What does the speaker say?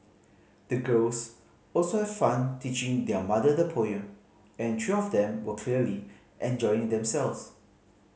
the girls also have fun teaching their mother the poem and three of them were clearly enjoying themselves